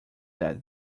that